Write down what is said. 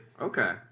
Okay